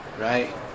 right